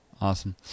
awesome